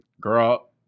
girl